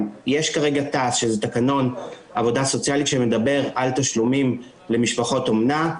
יש כרגע תע"ס שזה תקנון עבודה סוציאלית שמדבר על תשלומים למשפחות אומנה,